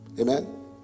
amen